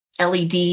led